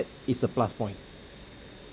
is a plus point